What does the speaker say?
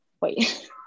wait